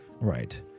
Right